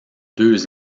deux